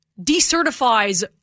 decertifies